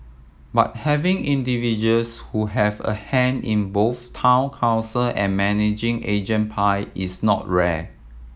but having individuals who have a hand in both Town Council and managing agent pie is not rare